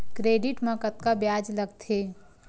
Credit मा कतका ब्याज लगथे?